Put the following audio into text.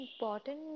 important